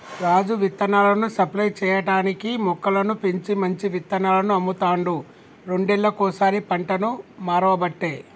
రాజు విత్తనాలను సప్లై చేయటానికీ మొక్కలను పెంచి మంచి విత్తనాలను అమ్ముతాండు రెండేళ్లకోసారి పంటను మార్వబట్టే